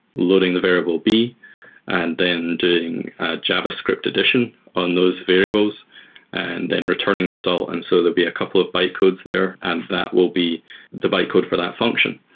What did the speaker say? loading the variable b and then doing a javascript edition on those variables and then returning the result. and so there'd be a couple of bytecodes there, and that will be the bytecode for that function.